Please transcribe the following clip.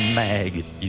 maggot